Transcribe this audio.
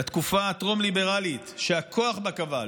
לתקופה הטרום-ליברלית, שהכוח קבע בה.